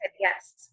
yes